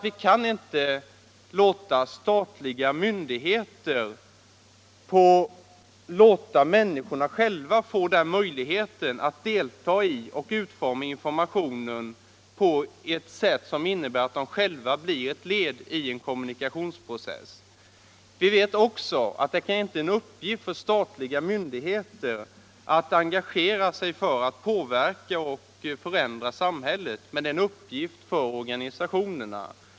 Vi kan inte låta människorna få möjlighet att delta i och utforma informationen på ett sätt som innebär att de själva blir ett led i en kommunikationsprocess. Vi vet att det inte är en uppgift för statliga myndigheter att engagera sig för att påverka och förändra samhället utan att det är en uppgift för organisationerna.